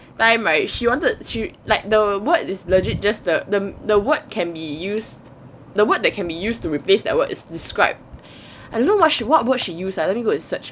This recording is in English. time right she wanted she like the word is legit just the the the word can be used the word that can be used to replace the word is described and I don't know what word she use ah let me go and search